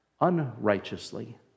unrighteously